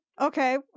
Okay